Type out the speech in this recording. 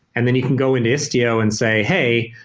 and then you can go into istio and say, hey,